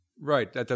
Right